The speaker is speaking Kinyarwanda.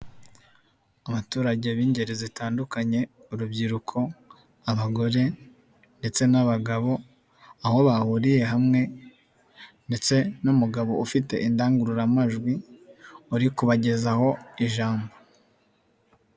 Abaturage b'ingeri zitandukanye urubyiruko, abagore, ndetse n'abagabo, aho bahuriye hamwe ndetse n'umugabo ufite indangururamajwi uri kubagezaho ijambo.